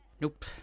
Nope